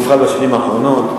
בפרט בשנים האחרונות.